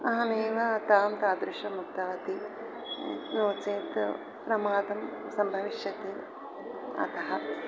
अहमेव तां तादृशम् उक्तवती नो चेत् प्रमादः सम्भविष्यति अतः